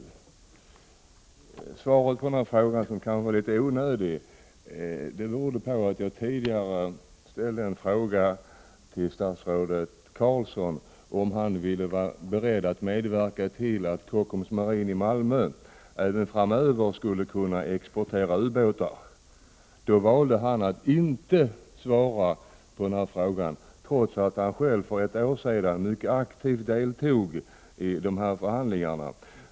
Anledningen till att jag ställde denna fråga, vilket kanske var litet onödigt, var att jag tidigare ställde en fråga till statsrådet Carlsson om huruvida han var beredd att medverka till att Kockums Marine i Malmö även framöver skulle kunna exportera ubåtar. Då valde statsrådet att inte svara på frågan, trots att han själv för ett år sedan mycket aktivt deltog i de här förhandlingarna.